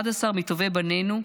11 מטובי בנינו.